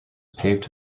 paved